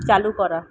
চালু করা